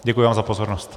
Děkuji vám za pozornost.